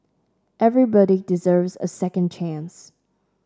everybody deserves a second chance